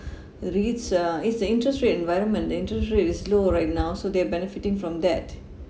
REITS uh is the interest rate environment the interest rate is low right now so they are benefiting from that